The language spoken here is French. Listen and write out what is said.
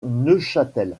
neuchâtel